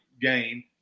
gain